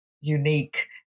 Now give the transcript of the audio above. unique